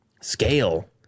scale